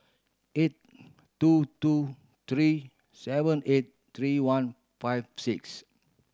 eight two two three seven eight three one five six